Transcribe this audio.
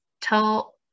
tell